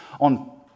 on